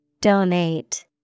Donate